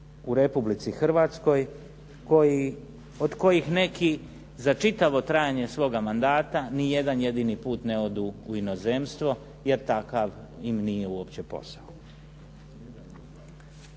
u Republici Hrvatskoj od kojih neki za čitavo trajanje svoga mandata ni jedan jedini put ne odu u inozemstvo jer takav im nije uopće posao.